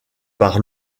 par